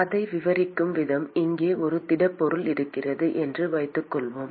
அதை விவரிக்கும் விதம் இங்கே ஒரு திடப்பொருள் இருக்கிறது என்று வைத்துக்கொள்வோம்